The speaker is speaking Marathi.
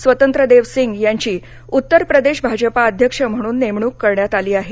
स्वतंत्रदेव सिंग यांची उत्तरप्रदेश भाजपा अध्यक्ष म्हणून नेमणूक करण्यात आली आहे